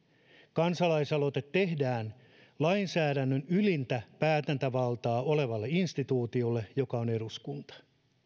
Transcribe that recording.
kansalaisaloite tehdään lainsäädännön ylintä päätäntävaltaa olevalle instituutiolle joka on eduskunta